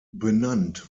benannt